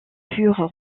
furent